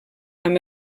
amb